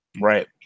Right